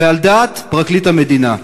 ועל דעת פרקליט המדינה.